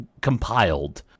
compiled